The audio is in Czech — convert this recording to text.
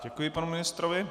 Děkuji panu ministrovi.